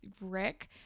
Rick